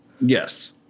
Yes